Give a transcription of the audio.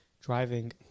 driving